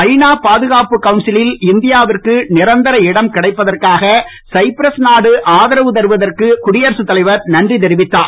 ஐநா பாதுகாப்பு கவுன்சிலில் இந்தியாவிற்கு நிரந்தர இடம் கிடைப்பதற்காக சைப்ரஸ் நாடு ஆதரவு தருவதற்கு குடியரசு தலைவர் நன்றி தெரிவித்தார்